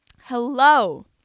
Hello